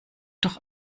doch